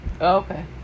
Okay